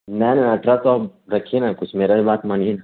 نہیں نہیں اٹھارہ سو رکھیے نا کچھ میرا بھی بات مانیے